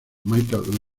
michael